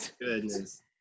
Goodness